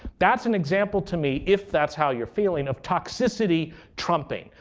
that's an example to me, if that's how you're feeling, of toxicity trumping.